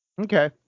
Okay